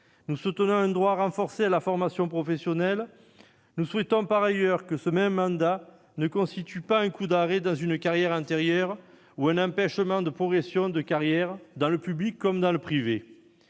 Nous soutenons un droit renforcé à la formation professionnelle. Nous souhaitons par ailleurs que ce mandat ne constitue pas un coup d'arrêt dans une carrière antérieure ou un empêchement de progression, dans le public comme le privé.